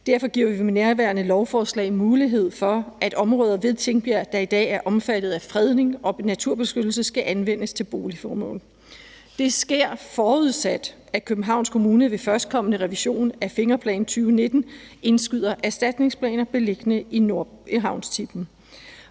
Derfor giver vi med nærværende lovforslag mulighed for, at områder ved Tingbjerg, der i dag er omfattet af fredning og naturbeskyttelse, skal anvendes til boligformål. Det sker, forudsat at Københavns Kommune ved førstkommende revision af fingerplanen 2019 indskyder erstatningsplaner beliggende i Nordhavnstippen.